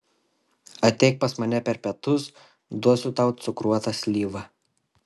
ateik pas mane per pietus duosiu tau cukruotą slyvą